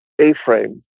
A-frame